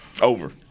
Over